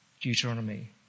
Deuteronomy